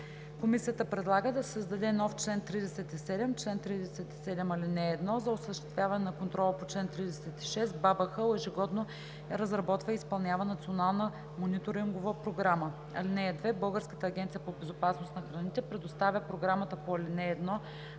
Комисията предлага да се създаде нов чл. 37: „Чл. 37. (1) За осъществяване на контрола по чл. 36 БАБХ ежегодно разработва и изпълнява Национална мониторингова програма. (2) Българската агенция по безопасност на храните представя програмата по ал. 1